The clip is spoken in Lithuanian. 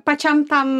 pačiam tam